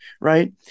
right